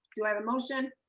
do i have a motion?